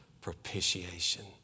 Propitiation